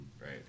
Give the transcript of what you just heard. right